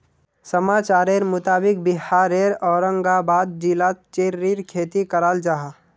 समाचारेर मुताबिक़ बिहारेर औरंगाबाद जिलात चेर्रीर खेती कराल जाहा